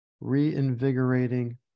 reinvigorating